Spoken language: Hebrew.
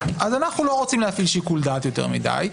אז אנחנו לא רוצים להפעיל שיקול דעת יותר מדי.